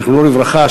זכרו לברכה,